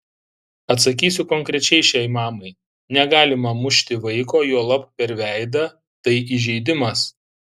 atsakysiu konkrečiai šiai mamai negalima mušti vaiko juolab per veidą tai įžeidimas